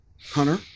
Hunter